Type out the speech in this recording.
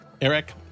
Eric